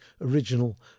original